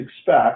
expect